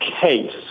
case